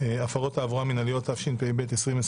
הפרות תעבורה מינהליות, התשפ"ב 2021